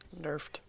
nerfed